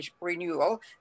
renewal